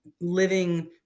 living